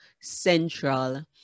Central